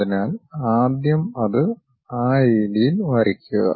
അതിനാൽ ആദ്യം അത് ആ രീതിയിൽ വരയ്ക്കുക